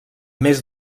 més